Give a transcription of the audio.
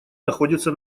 находится